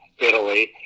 Italy